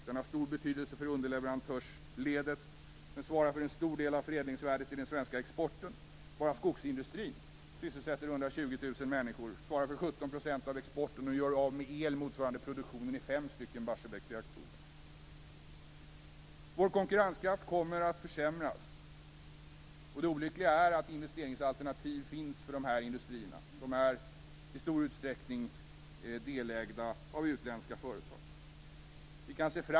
Den har stor betydelse för underleverantörsledet. Den svarar för en stor del av förädlingsvärdet i den svenska exporten. Bara skogsindustrin sysselsätter 120 000 människor, svarar för 17 % av exporten och gör av med el motsvarande produktionen i fem Barsebäcksreaktorer. Vår konkurrenskraft kommer att försämras. Det olyckliga är att det finns investeringsalternativ för dessa industrier. De är i stor utsträckning delägda av utländska företag.